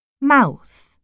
mouth